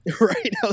right